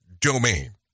domain